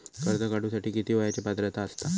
कर्ज काढूसाठी किती वयाची पात्रता असता?